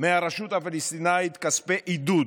מהרשות הפלסטינית כספי עידוד.